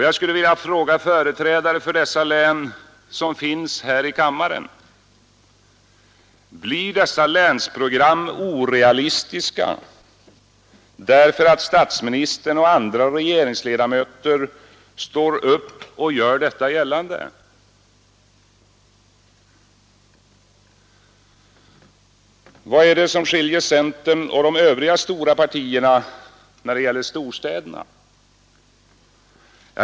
Jag skulle vilja fråga företrädare för dessa län som finns här i kammaren: Blir dessa länsprogram orealistiska därför att statsministern och andra regeringsledamöter står upp och gör detta gällande? Vad är det som skiljer centern och de övriga stora partierna när det gäller storstäderna?